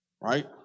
Right